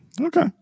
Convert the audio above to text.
Okay